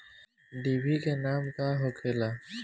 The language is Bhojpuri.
डिभी के नाव का होखेला?